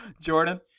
Jordan